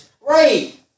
Right